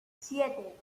siete